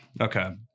Okay